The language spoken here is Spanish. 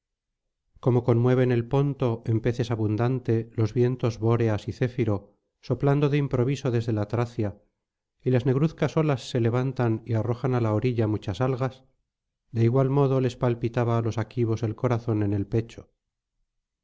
como conmueven el ponto en peces abundante los vientos bóreas y céfiro soplando de improviso desde la tracia y las negruzcas olas se levantan y arrojan á la orilla muchas algas de igual modo les palpitaba á los aquivos el corazón en el pecho